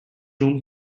room